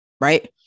right